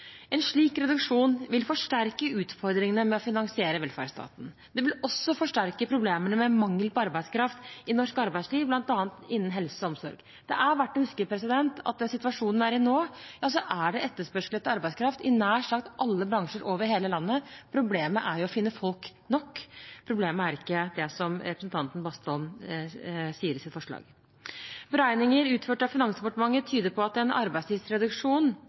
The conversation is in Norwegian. En slik reduksjon vil forsterke utfordringene med å finansiere velferdsstaten. Det vil også forsterke problemene med mangel på arbeidskraft i norsk arbeidsliv, bl.a. innen helse og omsorg. Det er verdt å huske at i den situasjonen vi er i nå, er det etterspørsel etter arbeidskraft i nær sagt alle bransjer over hele landet. Problemet er jo å finne nok folk; problemet er ikke det som representanten Bastholm sier i sitt forslag. Beregninger utført av Finansdepartementet tyder på at en arbeidstidsreduksjon